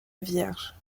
vierge